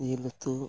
ᱡᱤᱞ ᱩᱛᱩ